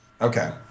Okay